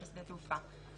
כשדה תעופה".